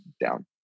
down